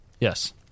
Yes